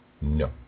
No